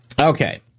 Okay